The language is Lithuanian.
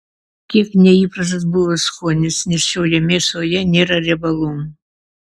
kiek neįprastas buvo skonis nes šioje mėsoje nėra riebalų